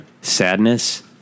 sadness